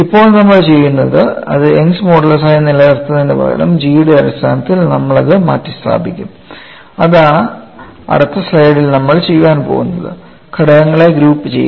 ഇപ്പോൾ നമ്മൾ ചെയ്യുന്നത്ഇത് യങ്ങ്സ് മോഡുലസായി നിലനിർത്തുന്നതിനുപകരംG യുടെ അടിസ്ഥാനത്തിൽ നമ്മൾ അത് മാറ്റിസ്ഥാപിക്കും അതാണ് അടുത്ത സ്ലൈഡിൽ നമ്മൾ ചെയ്യാൻ പോകുന്നത് ഘടകങ്ങളെ ഗ്രൂപ്പുചെയ്യുക